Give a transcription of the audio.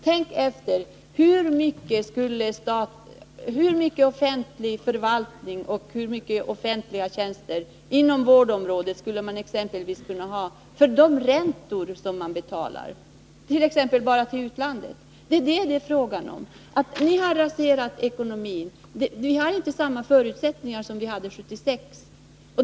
Tänk efter: Hur mycket offentlig förvaltning och hur många offentliga tjänster inom exempelvis vårdområdet skulle man kunna ha enbart för de räntor som betalas till utlandet? Det är det som det är fråga om. Ni har raserat ekonomin, varför förutsättningarna inte är desamma som 1976.